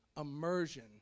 immersion